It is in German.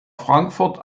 frankfurt